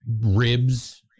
ribs